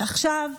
ועכשיו,